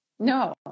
No